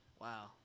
Wow